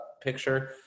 picture